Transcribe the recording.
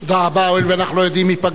הואיל ואנחנו לא יודעים מי פגע בשופטת,